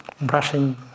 brushing